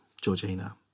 Georgina